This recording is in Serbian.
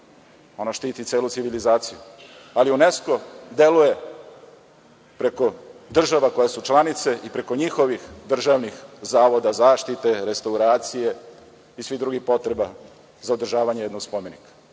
ono štiti celu civilizaciju. Ali, UNESKO deluje preko država koje su članice i preko njihovih državnih zavoda zaštite, restauracije i svih drugih potreba za održavanje jednog spomenika.